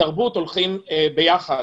ותרבות הולכים ביחד.